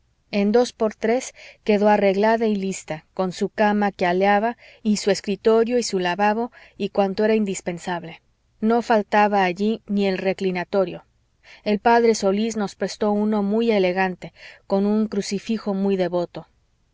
en dos por tres quedó arreglada y lista con su cama que alheaba y su escritorio y su lavabo y cuanto era indispensable nada faltaba allí ni el reclinatorio el p solís nos prestó uno muy elegante con un crucifijo muy devoto